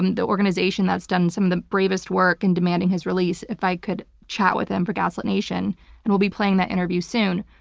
um the organization that's done some of the bravest work and demanding his release, if i could chat with him for gaslit nation and we'll be playing that interview soon.